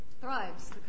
thrives